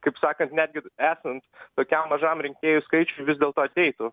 kaip sakant netgi esant tokiam mažam rinkėjų skaičiui vis dėlto ateitų